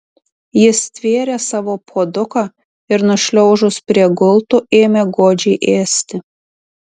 ji stvėrė savo puoduką ir nušliaužus prie gultų ėmė godžiai ėsti